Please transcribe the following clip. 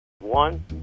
one